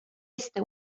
este